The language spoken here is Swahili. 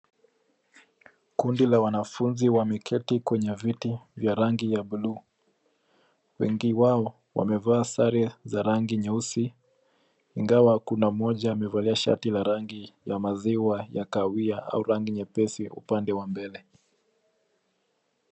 Kundi la wanafunzi wameketi kwenye viti vya rangi ya bluu. Wengi wao, wamevaa sare za rangi nyeusi, ingawa kuna mmoja amevalia shati la rangi ya maziwa ya kahawia au rangi nyepesi upande wa mbele.